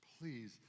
please